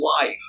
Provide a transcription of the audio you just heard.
life